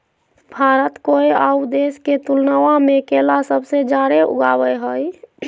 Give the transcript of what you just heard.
भारत कोय आउ देश के तुलनबा में केला सबसे जाड़े उगाबो हइ